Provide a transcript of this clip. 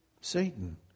Satan